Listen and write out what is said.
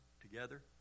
together